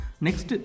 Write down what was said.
Next